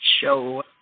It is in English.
show